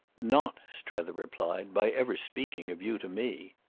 not, strether replied, by ever speaking of you to me.